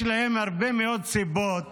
יש להם הרבה מאוד סיבות